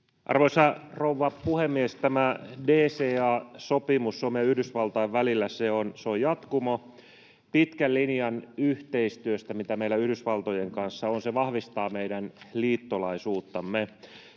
Arvoisa rouva puhemies! Tämä DCA-sopimus Suomen ja Yhdysvaltain välillä on jatkumo pitkän linjan yhteistyöstä, mitä meillä Yhdysvaltojen kanssa on. Se vahvistaa meidän liittolaisuuttamme.